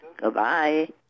Goodbye